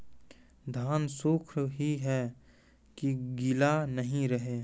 धान सुख ही है की गीला नहीं रहे?